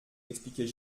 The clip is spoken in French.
expliquait